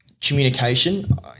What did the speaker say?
communication